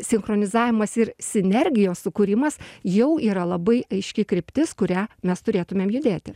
sinchronizavimas ir sinergijos sukūrimas jau yra labai aiški kryptis kuria mes turėtumėm judėti